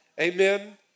Amen